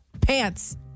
pants